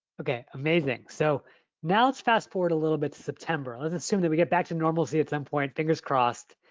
okay, amazing. so now let's fast forward a little bit to september. let's assume that we get back to normalcy at some point, fingers crossed.